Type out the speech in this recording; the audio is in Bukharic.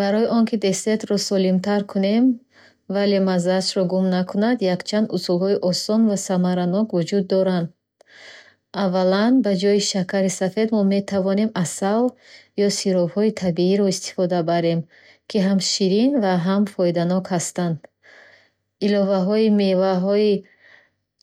Барои он ки десертро солимтар кунем, вале маззаашро гум накунад, якчанд усулҳои осон ва самаранок вуҷуд доранд. Аввалан, ба ҷои шакари сафед мо метавонем асал ё сиропҳои табииро истифода барем, ки ҳам ширин ва ҳам фоиданок ҳастанд. Иловаҳои меваҳои